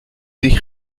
sich